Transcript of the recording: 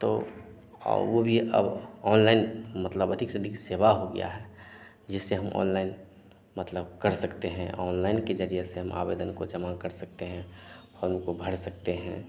तो और वह भी अब ऑनलाइन मतलब अधिक से अधिक सेवा हो गया है जिससे हम ऑनलाइन मतलब कर सकते हैं ऑनलाइन के ज़रिए से हम आवेदन को जमा कर सकते हैं फ़ॉम को भर सकते हैं